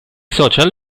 social